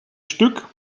stück